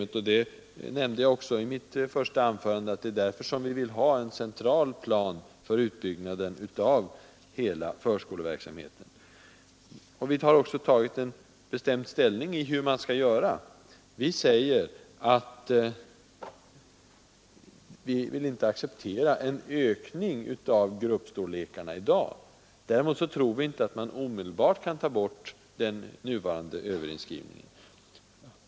Det är därför — det nämnde jag också i mitt anförande — som vi vill ha en central plan för utbyggnaden av hela förskoleverksamheten. Vi har också tagit en bestämd ställning till hur man skall göra. Vi säger att vi inte vill acceptera en ökning av gruppstorlekarna i dag. Däremot tror vi inte att man omedelbart kan ta bort den nuvarande överinskrivningen.